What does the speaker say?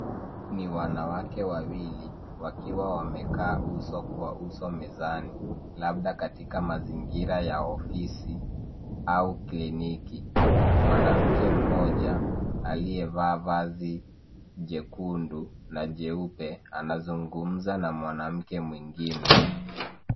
Ni wanawake wawili wakiwa wamekaa uso kwa uso mezani labda katika mazingira ya ofisi au kliniki. Mwanamke mmoja aliyevaa vazi jekundu na jeupe anazungumza na mwanamke mwingine.